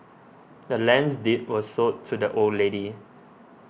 the land's deed was sold to the old lady